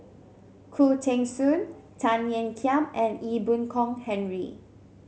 Khoo Teng Soon Tan Ean Kiam and Ee Boon Kong Henry